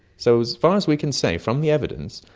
so as far as we can say from the evidence,